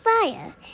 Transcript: fire